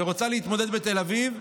ורוצה להתמודד בתל אביב,